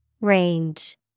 Range